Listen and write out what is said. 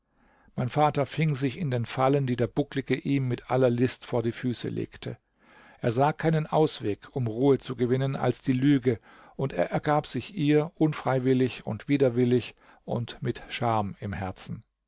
mein vater fing sich in den fallen die der bucklige ihm mit aller list vor die füße legte er sah keinen ausweg um ruhe zu gewinnen als die lüge und er ergab sich ihr unfreiwillig und widerwillig und mit scham im herzen